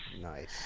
Nice